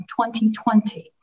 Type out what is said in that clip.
2020